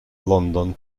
london